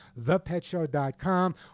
thepetshow.com